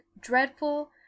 dreadful